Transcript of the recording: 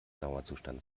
dauerzustand